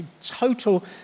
Total